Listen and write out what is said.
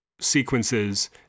Sequences